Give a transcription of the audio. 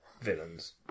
villains